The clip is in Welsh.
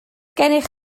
gennych